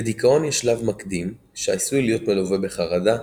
לדיכאון יש שלב מקדים שעשוי להיות מלווה בחרדה,